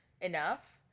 enough